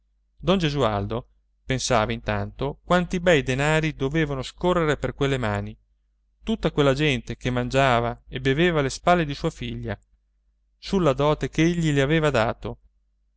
don gesualdo pensava intanto quanti bei denari dovevano scorrere per quelle mani tutta quella gente che mangiava e beveva alle spalle di sua figlia sulla dote che egli le aveva dato